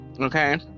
okay